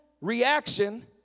reaction